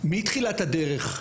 מתחילת הדרך,